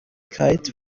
kite